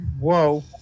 Whoa